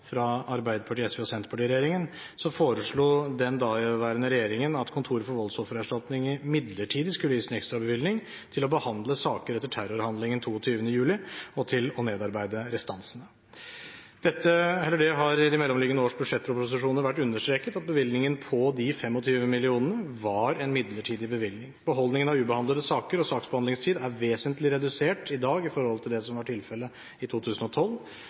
til å behandle saker etter terrorhandlingen 22. juli og til å nedarbeide restansene. Det har i de mellomliggende årenes budsjettproposisjoner vært understreket at bevilgningen på 25 mill. kr var en midlertidig bevilgning. Beholdningen av ubehandlede saker og saksbehandlingstiden er vesentlig redusert i dag i forhold til det som var tilfellet i 2012,